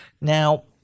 Now